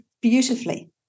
beautifully